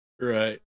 Right